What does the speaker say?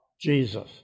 Jesus